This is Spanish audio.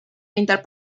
pintar